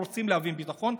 רוצים להבין בביטחון,